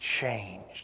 changed